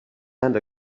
and